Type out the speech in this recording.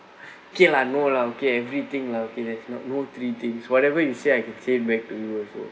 K lah no lah okay everything lah okay that's not no three things whatever you say I can say back to you also